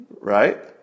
right